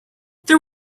there